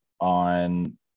on